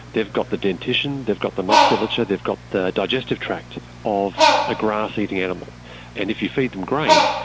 they've got the dentition, they've got the musculature, they've got the digestive tract of a grass-eating animal and if you feed them grain,